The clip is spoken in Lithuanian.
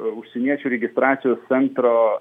užsieniečių registracijos centro